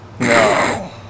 No